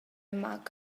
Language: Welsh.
mag